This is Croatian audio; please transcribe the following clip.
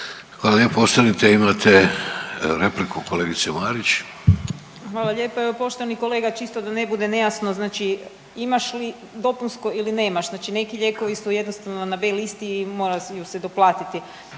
Hvala lijepo, ostanite imate repliku kolegice Marić. **Marić, Andreja (SDP)** Hvala lijepa. Poštovani kolega čisto da ne bude nejasno, znači imaš li dopunsko ili nemaš, znači neki lijekovi su na B listi i moraju se doplatiti,